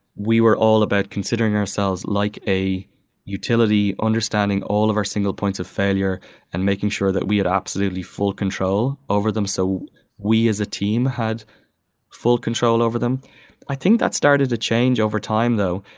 we were all about considering ourselves like a utility, understanding all of our single points of failure and making sure that we had absolutely full control over them. so we as a team had full control over them i think that started to change over time though.